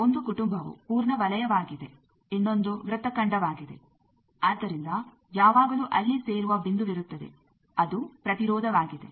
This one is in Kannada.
ಒಂದು ಕುಟುಂಬವು ಪೂರ್ಣ ವಲಯವಾಗಿದೆ ಇನ್ನೊಂದು ವೃತ್ತಖಂಡವಾಗಿದೆ ಆದ್ದರಿಂದ ಯಾವಾಗಲೂ ಅಲ್ಲಿ ಸೇರುವ ಬಿಂದುವಿರುತ್ತದೆ ಅದು ಪ್ರತಿರೋಧವಾಗಿದೆ